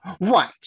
Right